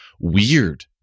weird